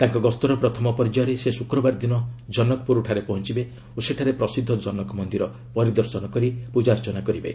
ତାଙ୍କ ଗସ୍ତର ପ୍ରଥମ ପର୍ଯ୍ୟାୟରେ ସେ ଶୁକ୍ରବାର ଦିନ ଜନକପୁରଠାରେ ପହଞ୍ଚବେ ଓ ସେଠାରେ ପ୍ରସଦ୍ଧ ଜନକ ମନ୍ଦିର ପରିଦର୍ଶନ କରି ପୂଜାର୍ଚ୍ଚନା କରିବେ